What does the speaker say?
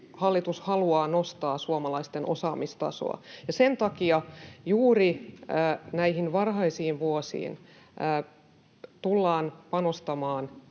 Hallitus haluaa nostaa suomalaisten osaamistasoa, ja sen takia juuri näihin varhaisiin vuosiin tullaan panostamaan